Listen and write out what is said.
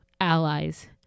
allies